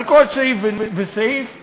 על כל סעיף וסעיף,